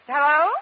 Hello